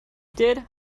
did